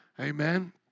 Amen